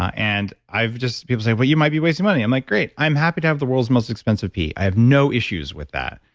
ah and i've just, people say well, you might be wasting money. i'm like, great. i'm happy to have the world's most expensive pee i've no issues with that.